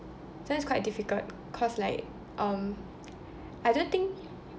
this one is quite difficult cause like um I don't think